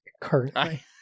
currently